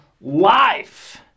life